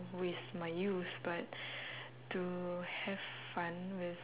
waste my youth but to have fun with